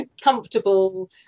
comfortable